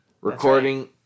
Recording